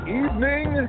evening